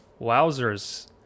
Wowzers